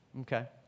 Okay